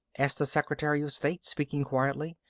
asked the secretary of state, speaking quietly.